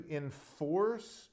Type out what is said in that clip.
enforce